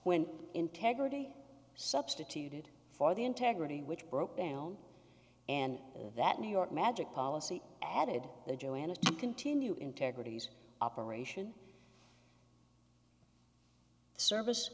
when integrity substituted for the integrity which broke down and that new york magic policy added the joanna to continue integrities operation service